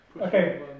Okay